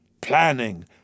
planning